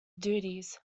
duties